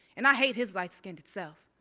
and i hate his light-skinned-self,